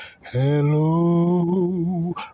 hello